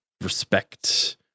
respect